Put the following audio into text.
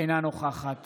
אינה נוכחת